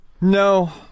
No